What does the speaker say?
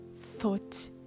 thought